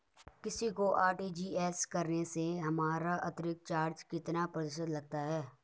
किसी को आर.टी.जी.एस करने से हमारा अतिरिक्त चार्ज कितने प्रतिशत लगता है?